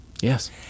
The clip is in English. Yes